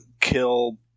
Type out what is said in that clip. kill